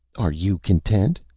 are you content?